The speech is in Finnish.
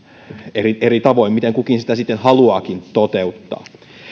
eri eri tavoin miten kukin sitä sitten haluaakin toteuttaa